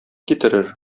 китерер